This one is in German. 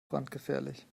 brandgefährlich